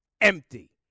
empty